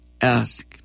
ask